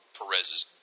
Perez's